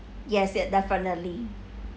yes yes definitely